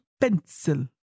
pencil